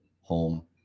home